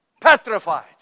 petrified